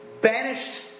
Banished